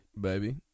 baby